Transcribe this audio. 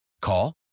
Call